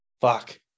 Fuck